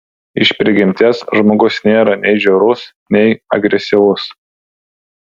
iš prigimties žmogus nėra nei žiaurus nei agresyvus